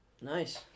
Nice